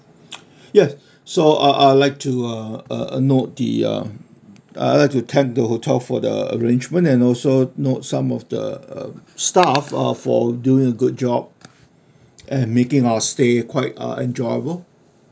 yes so I'll I'll like to uh uh note the uh I'd like to thank the hotel for the arrangement and also note some of the uh staff for doing a good job and making our stay quite uh enjoyable